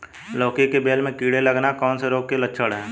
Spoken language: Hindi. लौकी की बेल में कीड़े लगना कौन से रोग के लक्षण हैं?